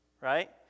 Right